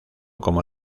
como